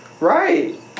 Right